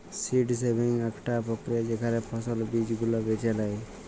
seed saving আকটা প্রক্রিয়া যেখালে ফসল থাকি বীজ গুলা বেছে লেয়